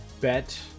bet